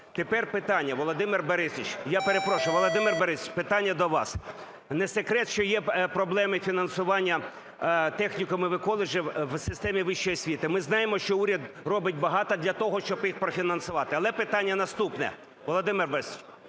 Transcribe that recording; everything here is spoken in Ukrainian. Тепер питання, Володимир Борисович. Я перепрошую, Володимир Борисович, питання до вас. Не секрет, що є проблеми фінансування технікумів і коледжів в системі вищої освіти. Ми знаємо, що уряд робить багато для того, щоб їх профінансувати. Але питання наступне, Володимир Борисович: